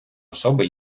особи